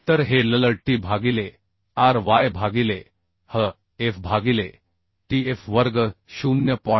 तर हे L L t भागिले r y भागिले h f भागिले t f वर्ग 0